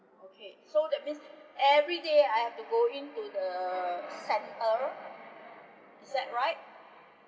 okay so that means everyday I have to go in to the center is that right